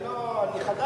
אני לא, אני חדש פה.